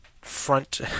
front